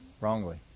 Wrongly